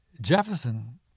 Jefferson